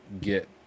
get